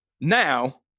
now